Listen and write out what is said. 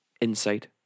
Insight